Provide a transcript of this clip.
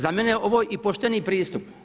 Za mene je ovo i pošteni pristup.